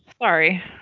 Sorry